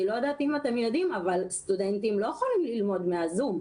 אני לא יודעת אם אתם יודעים אבל סטודנטים לא יכולים ללמוד מן הזום.